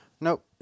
Nope